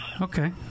Okay